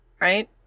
right